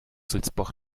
sulzbach